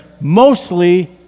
mostly